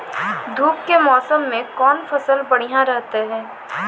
धूप के मौसम मे कौन फसल बढ़िया रहतै हैं?